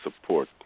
support